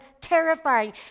terrifying